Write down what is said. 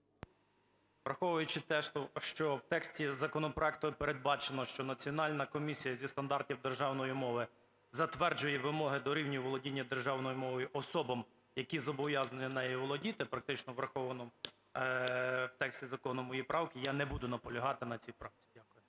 Враховуючи те, що в тексті законопроекту передбачено, що Національна комісія зі стандартів державної мови затверджує вимоги до рівня володіння державної мовою особам, які зобов'язані нею володіти, практично враховані в тексті закону мої правки, я не буду наполягати на цій правці. Дякую.